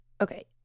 Okay